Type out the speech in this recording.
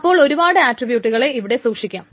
അപ്പോൾ ഒരുപാട് ആട്രിബ്യൂട്ടുകളെ ഇവിടെ സൂക്ഷിക്കാം